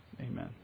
Amen